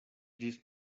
ĝis